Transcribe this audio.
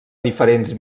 diferents